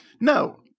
No